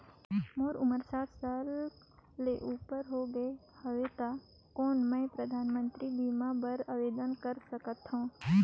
मोर उमर साठ साल ले उपर हो गे हवय त कौन मैं परधानमंतरी बीमा बर आवेदन कर सकथव?